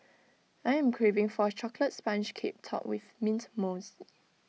I am craving for A Chocolate Sponge Cake Topped with Mint Mousse